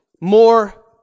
more